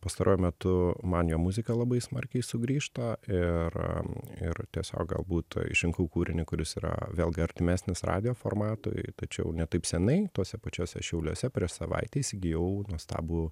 pastaruoju metu man jo muzika labai smarkiai sugrįžta ir ir tiesiog galbūt išrinkau kūrinį kuris yra vėlgi artimesnis radijo formatui tačiau ne taip senai tuose pačiuose šiauliuose prieš savaitę įsigijau nuostabų